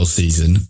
season